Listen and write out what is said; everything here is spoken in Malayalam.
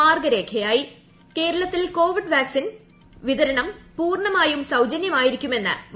മാർഗ്ഗരേഖയായി ക്കേരളത്തിൽ കോവിഡ് വാക്സിൻ വിതരണം പൂർണമായും സൌജന്യമായിരിക്കുമെന്ന് മുഖ്യമന്ത്രി